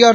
R